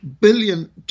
billion